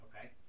Okay